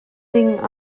ding